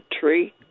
tree